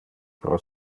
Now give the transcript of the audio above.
pro